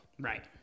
Right